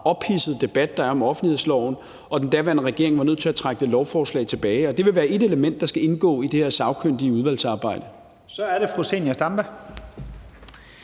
ophidsede debat, der er om offentlighedsloven, og den daværende regering var nødt til at trække det lovforslag tilbage. Og det vil være et element, der skal indgå i det her sagkyndige udvalgs arbejde. Kl. 11:48 Første